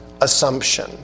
Assumption